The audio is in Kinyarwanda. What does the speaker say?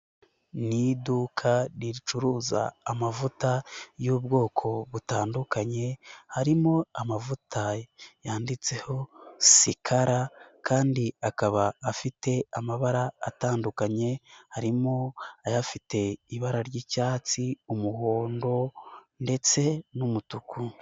Ni iduka ricuruza amavuta y'ubwoko butandukanye, harimo amavuta yanditseho sikala kandi akaba afite amabara atandukanye, harimo ayafite ibara ry'icyatsi, umuhondo ndetse n'umutuku.